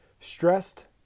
stressed